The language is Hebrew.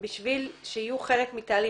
בשביל שיהיו חלק מהתהליך.